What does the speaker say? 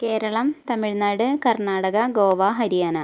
Keralam Tamil Nadu Karnataka Goa Haryana